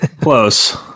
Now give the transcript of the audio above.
Close